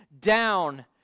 down